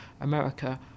America